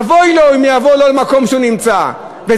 אבוי לו אם יבוא לא למקום שהוא נמצא בו.